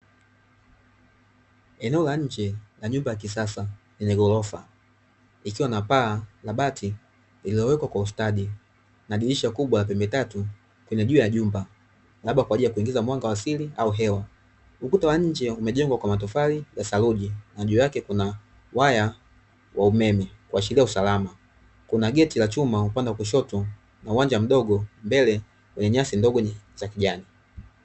Eneo la nje la nyumba ya kisasa, yenye ghorofa, ikiwa na paa na bati lililowekwa kwa ustadi na dirisha kubwa la pembe tatu kwenye juu ya jumba, labda kwa ajili ya kuingiza mwaga wa siri au hewa, ukuta wa nje umejengwa kwa matofali ya saruji na juu yake kuna waya wa umeme kuashiria usalama. Kuna geti la chuma kwa upande wa kushoto mwa uwanja mdogo, mbele ya nyasi ndogo za kijani.